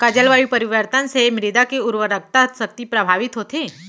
का जलवायु परिवर्तन से मृदा के उर्वरकता शक्ति प्रभावित होथे?